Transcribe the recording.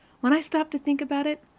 when i stop to think about it,